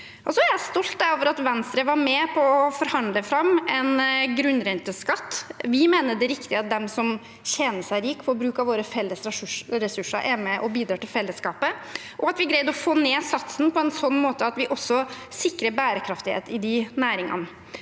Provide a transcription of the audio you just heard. Jeg er stolt over at Venstre var med på å forhandle fram en grunnrenteskatt. Vi mener det er riktig at de som tjener seg rike på bruk av våre felles ressurser, er med og bidrar til fellesskapet. Jeg er også stolt over at vi greide å få ned satsen på en sånn måte at vi også sikrer bærekraft i de næringene.